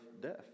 death